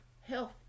health